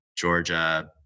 Georgia